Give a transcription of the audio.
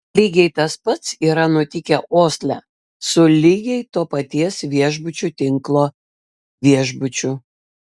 lygiai tas pats yra nutikę osle su lygiai to paties viešbučių tinklo viešbučiu